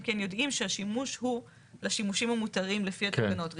כן יודעים שהשימוש הוא לשימושים המותרים לפי התקנות,